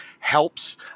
helps